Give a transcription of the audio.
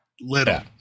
little